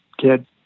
kid